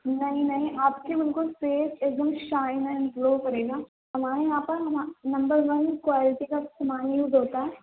نہیں نہیں آپ کے بالکل فیس ایک دم شائن اینڈ گلو کرے گا ہمارے یہاں پر ہم نمبر ون کوالٹی کا سامان یوز ہوتا ہے